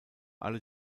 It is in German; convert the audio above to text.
alle